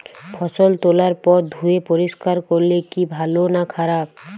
ফসল তোলার পর ধুয়ে পরিষ্কার করলে কি ভালো না খারাপ?